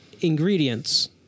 ingredients